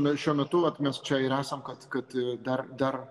nu šiuo metu vat mes čia ir esam kad kad dar dar